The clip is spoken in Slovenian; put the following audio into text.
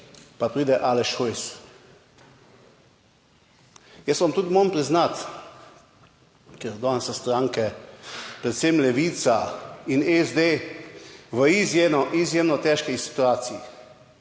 pa pride Aleš Hojs. Jaz vam tudi moram priznati ker danes so stranke, predvsem Levica in SD v izjemno, izjemno težki situaciji.